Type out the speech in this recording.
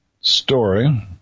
story